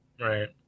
Right